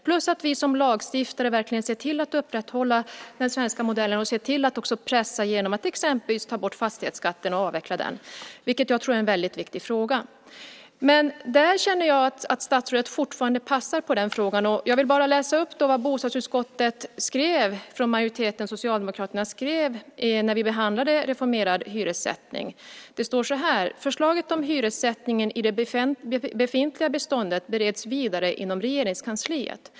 Dessutom ska vi som lagstiftare se till att upprätthålla den svenska modellen och pressa genom att exempelvis avveckla fastighetsskatten. Det tror jag är en väldigt viktig fråga. Men jag känner att statsrådet fortfarande passar i den frågan. Jag vill läsa upp vad majoriteten, socialdemokraterna, i bostadsutskottet skrev när vi behandlade en reformerad hyressättning. Det står så här: Förslaget om hyressättningen i det befintliga beståndet bereds vidare inom Regeringskansliet.